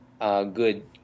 good